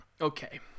Okay